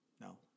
no